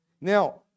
Now